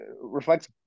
reflects